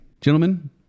Gentlemen